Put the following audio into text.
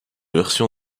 version